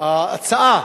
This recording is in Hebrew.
ההצעה